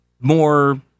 more